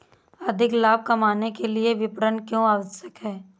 अधिक लाभ कमाने के लिए विपणन क्यो आवश्यक है?